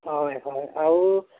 হয় হয় আৰু